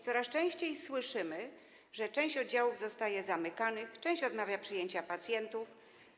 Coraz częściej słyszymy, że część oddziałów jest zamykanych, część odmawia przyjęcia pacjentów.